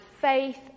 faith